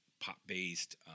pop-based